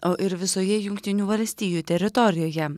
o ir visoje jungtinių valstijų teritorijoje